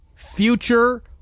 future